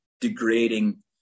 degrading